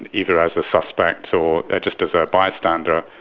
and either as a suspect or just as ah a bystander,